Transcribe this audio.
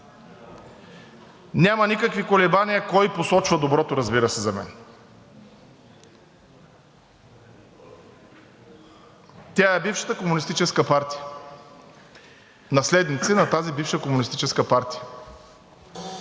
Няма никакви колебания кой посочва доброто, разбира се, за мен. Тя е бившата комунистическа партия, наследници на тази бивша комунистическа партия.